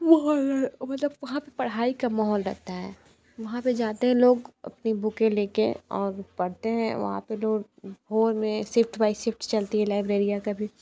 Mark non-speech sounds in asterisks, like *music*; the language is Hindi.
माहौल है मतलब वहाँ पढ़ाई का माहौल रहता है वहाँ पे जाते हैं लोग अपनी बुके लेके और पढ़ते हैं वहाँ पे *unintelligible* सिफ्ट वाइज सिफ्ट चलती हैं लाइब्रेरियन कभी